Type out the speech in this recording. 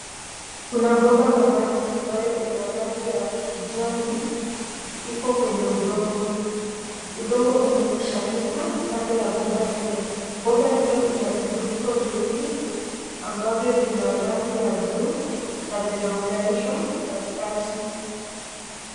Kuna bomba la maji ambayo ina rangi ya kijani, iko kwenye udongo. Udongo umekusanyika kando ya bomba hilo. Bomba hilo ina vifuniko viwili ambavyo vina rangi ya bluu na vimeunganishwa katikati.